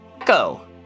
Echo